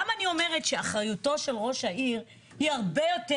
למה אני אומרת שאחריותו של ראש העיר היא הרבה יותר?